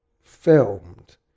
filmed